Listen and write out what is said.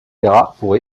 pourraient